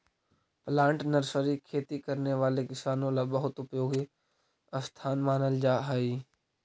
plant nursery खेती करने वाले किसानों ला बहुत उपयोगी स्थान मानल जा हई